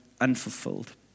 unfulfilled